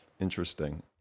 interesting